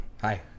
Hi